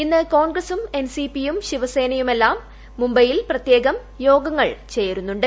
ഇന്ന് കോൺഗ്രസൂം എൻസിപിയും ശിവസേനയുമെല്ലാം മുംബൈയിൽ പ്രത്യേകം യോഗങ്ങൾ ചേരുന്നുണ്ട്